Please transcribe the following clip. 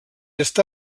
està